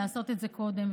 לעשות את זה קודם,